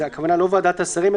הכוונה לא ועדת השרים,